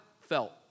felt